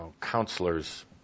counselor's